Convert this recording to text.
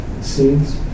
scenes